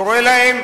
קורא להם,